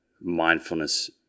mindfulness